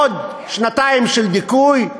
עוד שנתיים של דיכוי,